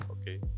okay